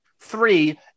Three